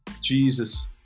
Jesus